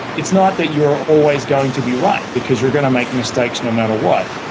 it's not that you are always going to be right, because you are going to make mistakes, no matter what,